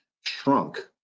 shrunk